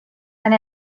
and